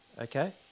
Okay